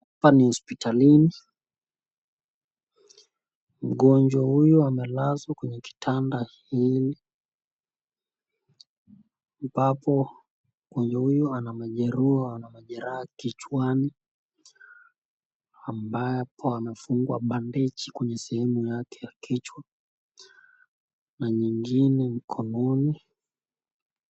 Hapa ni hospitalini. Mgonjwa huyu amelazwa kwenye kitanda hii ambapo mgonjwa huyu ana majeraha kichwa ambapo amefungwa bandeji kwenye sehemu yake ya kichwa na nyingine mkononi.